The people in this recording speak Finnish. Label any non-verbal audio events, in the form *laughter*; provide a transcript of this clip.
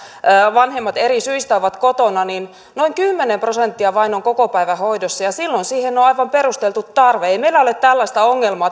vanhemmat eri syistä ovat kotona noin kymmenen prosenttia vain on kokopäivähoidossa ja silloin siihen on aivan perusteltu tarve ei meillä ole tällaista ongelmaa *unintelligible*